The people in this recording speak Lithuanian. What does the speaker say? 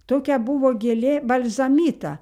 tokia buvo gėlė balzamita